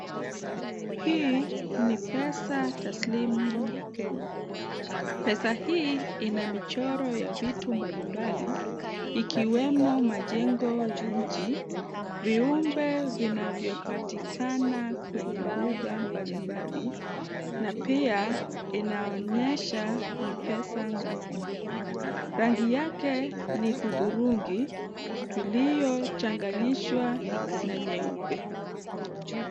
Hii ni pesa taslimu ya Kenya. Pesa hii ina michoro ya vitu mbalimbali, ikiwemo majengo ya nchi, viumbe vinavyopatikana kwenye mbuga mbalimbali na pia inaonyesha ni pesa ngapi. Rangi yake ni hudhurungi iliyochanganyishwa na nyeupe.